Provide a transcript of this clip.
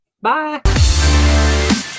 Bye